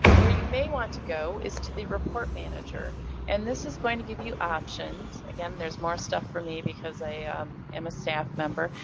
where you may want to go is to the report manager and this is going to give you options, again there's more stuff for me because i um am a staff member,